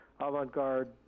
avant-garde